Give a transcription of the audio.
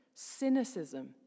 cynicism